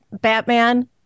Batman